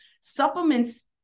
supplements